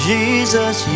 Jesus